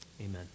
Amen